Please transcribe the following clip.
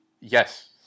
yes